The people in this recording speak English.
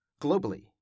Globally